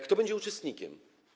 Kto będzie uczestnikiem?